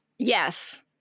yes